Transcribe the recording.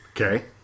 Okay